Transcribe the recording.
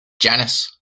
janice